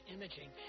Imaging